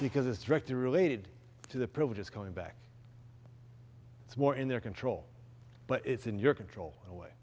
because it's directly related to the privileges coming back it's more in their control but it's in your control in a way